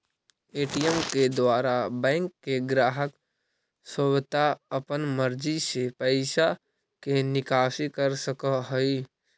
ATM के द्वारा bank के ग्राहक स्वता अपन मर्जी से पैइसा के निकासी कर सकऽ हइ